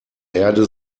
erde